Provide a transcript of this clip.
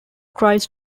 tries